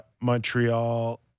Montreal